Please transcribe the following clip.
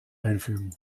einfügen